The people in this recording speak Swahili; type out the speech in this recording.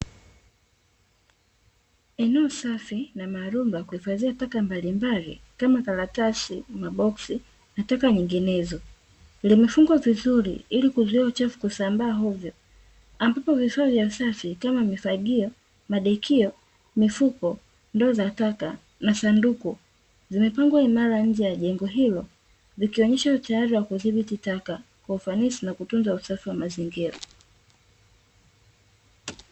Eneo safi na maalumu la kuhifadhia taka mbalimbali kama karatasi, maboksi na taka nyenginezo limefungwa vizuri ili kuzuia uchafu kusambaa ovyo ambapo vifaa vya usafi kama mifagio, madekio, mifuko, ndoo za taka na sanduku vimepangwa imara nje ya jengo hilo vikionyesha utayari wa kudhibiti taka kwa ufanisi na kutunza usafi wa mazingira.